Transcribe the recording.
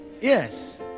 yes